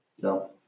No